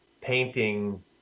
painting